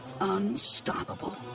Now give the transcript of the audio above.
unstoppable